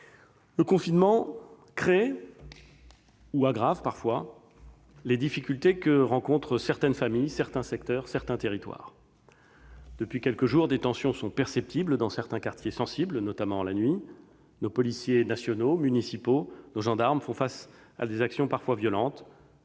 Le confinement crée, voire aggrave les difficultés que rencontrent certaines familles, certains secteurs, certains territoires. Depuis quelques jours, des tensions sont perceptibles dans certains quartiers sensibles, notamment la nuit. Nos policiers nationaux et municipaux, nos gendarmes font face à des actions parfois violentes,